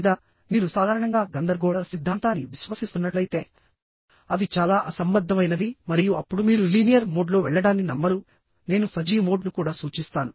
లేదా మీరు సాధారణంగా గందరగోళ సిద్ధాంతాన్ని విశ్వసిస్తున్నట్లయితేఅవి చాలా అసంబద్ధమైనవి మరియు అప్పుడు మీరు లీనియర్ మోడ్లో వెళ్లడాన్ని నమ్మరు నేను ఫజీ మోడ్ను కూడా సూచిస్తాను